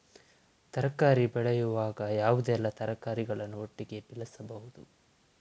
ತರಕಾರಿ ಬೆಳೆಯುವಾಗ ಯಾವುದೆಲ್ಲ ತರಕಾರಿಗಳನ್ನು ಒಟ್ಟಿಗೆ ಬೆಳೆಸಬಹುದು?